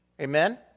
Amen